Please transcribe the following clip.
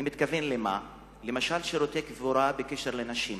אני מתכוון למשל לשירותי קבורה לנשים.